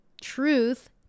truth